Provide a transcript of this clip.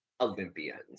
olympians